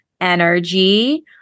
energy